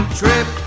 trip